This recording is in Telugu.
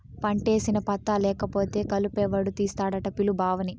పంటేసి పత్తా లేకపోతే కలుపెవడు తీస్తాడట పిలు బావని